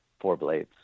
four-blades